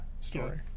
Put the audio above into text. story